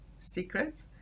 secrets